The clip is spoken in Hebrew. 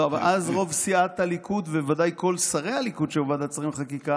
ואז רוב סיעת הליכוד ובוודאי כל שרי הליכוד שהיו בוועדת השרים לחקיקה